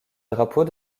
drapeaux